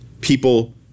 people